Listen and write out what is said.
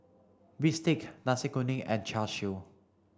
Bistake Nasi Kuning and Char Siu